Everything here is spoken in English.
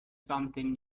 something